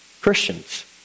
Christians